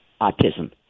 autism